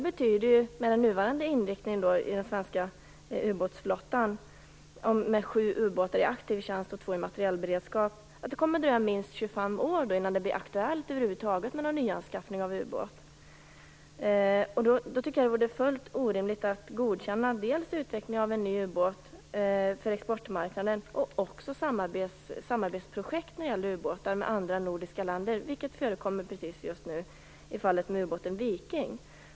Med den nuvarande inriktningen i den svenska ubåtsflottan - sju ubåtar i aktiv tjänst och två i materielberedskap - kommer det att dröja minst 25 år innan det över huvud taget blir aktuellt med någon nyanskaffning av ubåt. Då tycker jag att det är helt orimligt att godkänna dels utveckling av en ny ubåt för exportmarknaden, dels samarbetsprojekt med andra nordiska länder när det gäller ubåtar, vilket förekommer just nu i fallet med ubåten Viking.